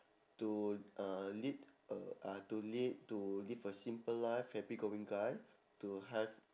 to uh lead a uh to lead to live a simple life happy going guy to have